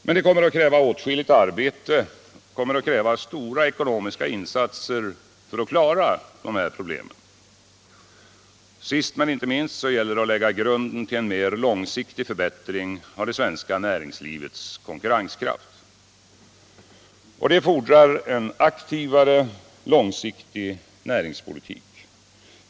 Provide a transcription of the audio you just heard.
Men det kommer att kräva åtskilligt arbete och stora ekonomiska insatser för att klara dessa problem. Sist men inte minst gäller det att lägga grunden till en mer långsiktig förbättring av det svenska näringslivets konkurrenskraft. Det fordrar en aktivare långsiktig näringspolitik.